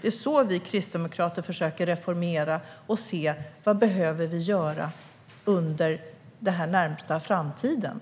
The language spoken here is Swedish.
Det är så vi kristdemokrater försöker reformera och se vad vi behöver göra i den närmaste framtiden.